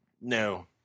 No